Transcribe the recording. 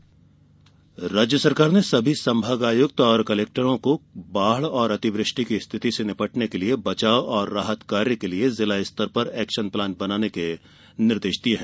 बाढ़ योजना राज्य सरकार ने सभी संभागायुक्त और कलेक्टर को बाढ़ और अति वृष्टि की स्थिति से निपटने के लिये बचाव और राहत कार्य के लिये जिला स्तर पर एक्शन प्लान बनाने के निर्देश दिये हैं